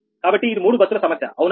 కాబట్టి ఇది మూడు బస్సుల సమస్య అవునా